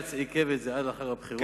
ובג"ץ עיכב את זה עד לאחר הבחירות.